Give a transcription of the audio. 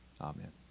Amen